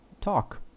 talk